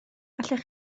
allwch